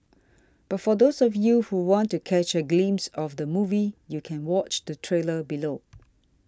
but for those of you who want to catch a glimpse of the movie you can watched the trailer below